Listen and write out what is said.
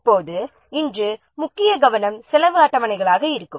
இன்றைய முக்கிய கவனம் செலவு அட்டவணையாக இருக்கும்